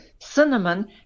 cinnamon